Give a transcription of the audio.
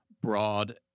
broad